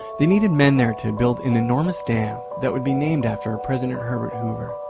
they needed men there to build an enormous dam that would be named after president herbert hoover.